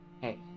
Hey